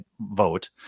vote